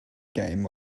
game